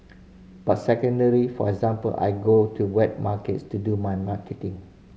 but secondly for example I go to wet markets to do my marketing